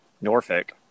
Norfolk